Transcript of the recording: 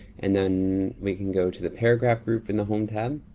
and then we can go to the paragraph group in the home tab.